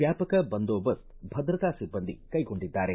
ವ್ಯಾಪಕ ಬಂದೋಬಸ್ತ್ ಭದ್ರತಾ ಸಿಬ್ಬಂದಿ ಕೈಗೊಂಡಿದ್ದಾರೆ